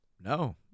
No